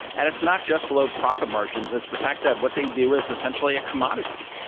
and it's not just low-profit margins. it's the fact that what they do is essentially a commodity.